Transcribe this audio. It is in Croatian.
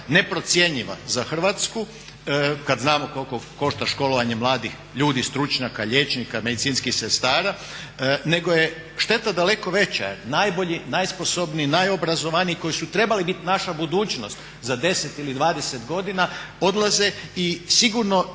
neprocjenjiva za Hrvatsku kad znamo koliko košta školovanje mladih ljudi, stručnjaka, liječnika, medicinskih sestara, nego je šteta daleko veća. Jer najbolji, najsposobniji, najobrazovaniji koji su trebali biti naša budućnost za 10 ili 20 godina odlaze i sigurno